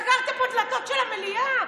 סגרתם פה דלתות של המליאה?